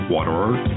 Waterer